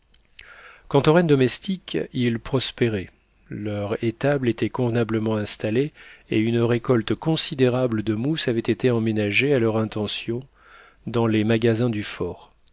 quant aux rennes domestiques ils prospéraient leur étable était convenablement installée et une récolte considérable de mousses avait été emménagée à leur intention dans les magasins du fort